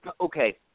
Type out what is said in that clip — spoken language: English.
Okay